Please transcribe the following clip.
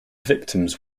victims